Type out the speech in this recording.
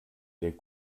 der